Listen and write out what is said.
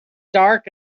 dark